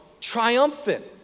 triumphant